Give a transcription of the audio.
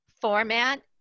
format